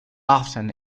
often